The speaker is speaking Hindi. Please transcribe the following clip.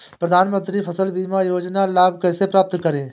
प्रधानमंत्री फसल बीमा योजना का लाभ कैसे प्राप्त करें?